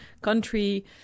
country